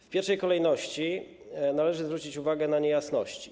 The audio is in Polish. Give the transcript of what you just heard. W pierwszej kolejności należy zwrócić uwagę na niejasności.